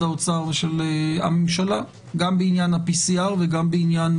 האוצר ושל הממשלה גם בעניין ה-PCR וגם בעניין